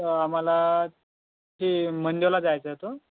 त आम्हाला ते मंदिरला जायचं होतं